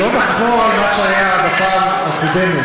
לא נחזור על מה שהיה בפעם הקודמת.